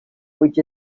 which